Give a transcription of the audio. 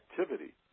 activity